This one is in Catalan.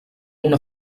una